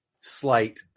slight